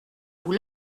vous